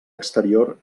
exterior